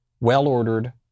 well-ordered